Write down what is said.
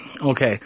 Okay